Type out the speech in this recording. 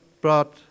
brought